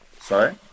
Sorry